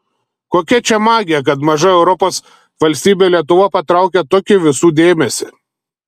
kokia čia magija kad maža europos valstybė lietuva patraukia tokį visų dėmesį